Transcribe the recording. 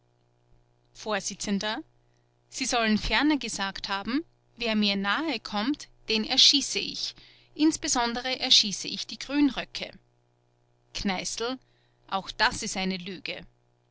vors sie sollen ferner gesagt haben wer mir nahe kommt den erschieße ich insbesondere erschieße ich die grünröcke kneißl auch das ist eine lüge